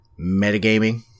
metagaming